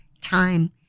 time